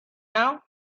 now